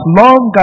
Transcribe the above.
long